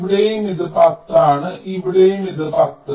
ഇവിടെയും ഇത് 10 ആണ് ഇവിടെയും ഇത് 10